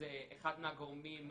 שזה אחד מהגורמים לאובדנות.